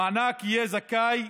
למענק יהיו זכאים,